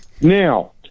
Now